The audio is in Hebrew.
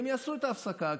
הם יעשו את ההפסקה,